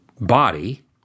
body